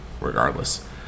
regardless